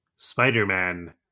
spider-man